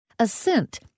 Assent